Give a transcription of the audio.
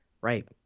Right